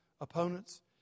opponents